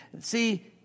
See